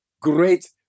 great